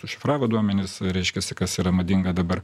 užšifravo duomenis reiškiasi kas yra madinga dabar